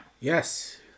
Yes